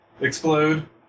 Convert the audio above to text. explode